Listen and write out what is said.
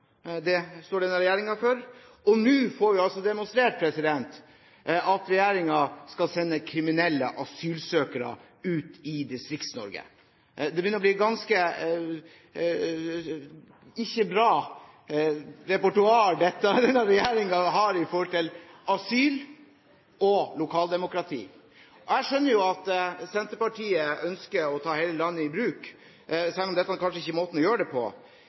Det står denne regjeringen for. Og nå får vi altså demonstrert at regjeringen skal sende kriminelle asylsøkere ut i Distrikts-Norge. Det begynner å bli et «ikke bra» repertoar denne regjeringen har når det gjelder asyl og lokaldemokrati. Jeg skjønner jo at Senterpartiet ønsker å ta hele landet i bruk, selv om dette kanskje ikke er måten å gjøre det på,